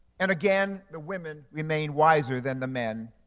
and again, the women remain wiser than the men.